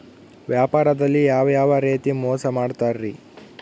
ವ್ಯಾಪಾರದಲ್ಲಿ ಯಾವ್ಯಾವ ರೇತಿ ಮೋಸ ಮಾಡ್ತಾರ್ರಿ?